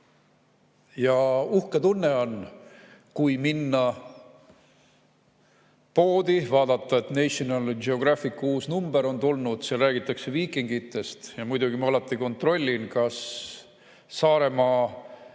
Uhke tunne on, kui minna poodi ja vaadata, et National Geographicu uus number on tulnud ja seal räägitakse viikingitest. Muidugi ma alati kontrollin, kas Saaremaa